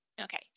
okay